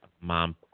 mom